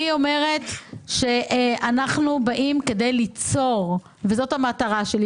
אנחנו באים כדי ליצור, וזו המטרה שלי.